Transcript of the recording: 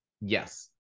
Yes